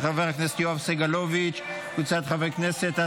של חבר הכנסת יואב סגלוביץ' וקבוצת חברי כנסת.